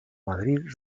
madrid